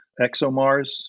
ExoMars